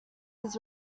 his